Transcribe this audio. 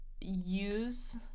use